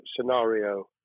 scenario